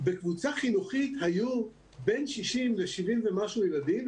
בקבוצה חינוכית היו בין 60 ל-70 ומשהו ילדים,